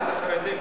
נגד חרדים.